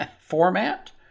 format